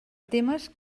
temes